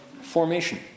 formation